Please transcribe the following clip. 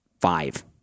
five